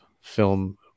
film